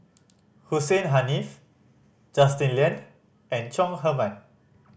Hussein Haniff Justin Lean and Chong Heman